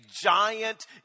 giant